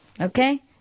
Okay